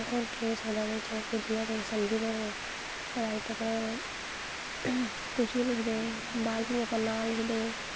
मुस्कल कम्म केह्दै च होंदा ऐ मतलव जादातर होंदा ऐ मुश्कल कम्म जियां तुस लाई लो कि भला